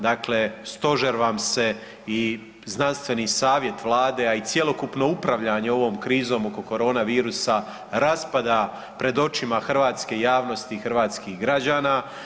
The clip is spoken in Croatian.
Dakle stožer vam se i znanstveni savjet Vlade, a i cjelokupno upravljanje ovom krizom oko korona virusa raspada pred očima hrvatske javnosti i hrvatskih građana.